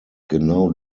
genau